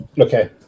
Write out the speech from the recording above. Okay